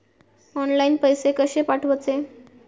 Online पैसे कशे पाठवचे?